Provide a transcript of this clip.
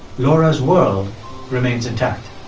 laura's world remains intact.